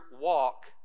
walk